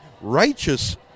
righteous